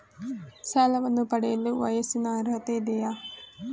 ಸಾಲವನ್ನು ಪಡೆಯಲು ವಯಸ್ಸಿನ ಅರ್ಹತೆ ಇದೆಯಾ?